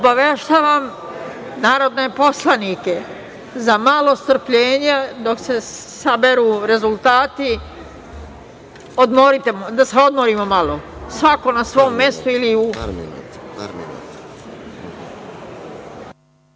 Obaveštavam narodne poslanike za malo strpljenja dok se saberu rezultati, da se odmorimo malo svako na svom mestu.(Posle